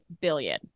billion